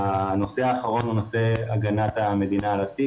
הנושא האחרון הוא הגנת המדינה על התיק.